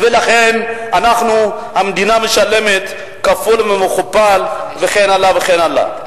לכן המדינה משלמת כפול ומכופל, וכן הלאה וכן הלאה.